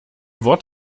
wort